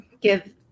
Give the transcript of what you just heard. give